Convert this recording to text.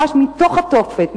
ממש מתוך התופת,